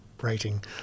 rating